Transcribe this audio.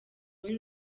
muri